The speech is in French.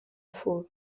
fauve